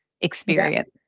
experience